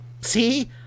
See